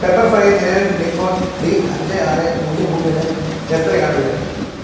പെപ്പർഫ്രൈ നിലവിൽ Nikon D അഞ്ച് ആറ് പൂജ്യം പൂജ്യമിന് എത്രയാണ് വില